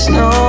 no